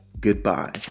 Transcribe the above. Goodbye